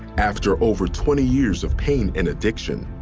after over twenty years of pain and addiction,